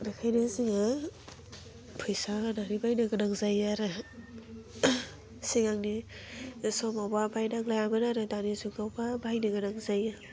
बेखायनो जोङो फैसा होनानै बायनो गोनां जायो आरो सिगांनि समावबा बायनां लायामोन आरो दानि जुगावबा बायनो गोनां जायो